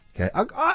Okay